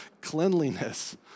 cleanliness